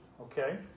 Okay